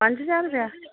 पंज ज्हार रपेआ